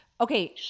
Okay